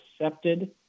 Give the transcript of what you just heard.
accepted